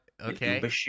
okay